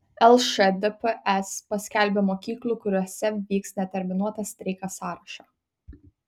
lšdps paskelbė mokyklų kuriose vyks neterminuotas streikas sąrašą